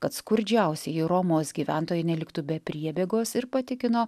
kad skurdžiausieji romos gyventojai neliktų be priebėgos ir patikino